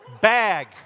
bag